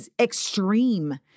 extreme